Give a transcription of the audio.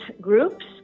groups